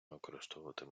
використовувати